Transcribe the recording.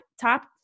top